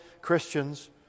Christians